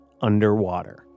underwater